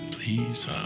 Please